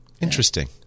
Interesting